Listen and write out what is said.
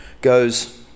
goes